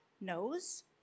knows